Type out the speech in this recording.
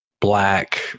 black